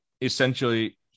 essentially